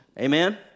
Amen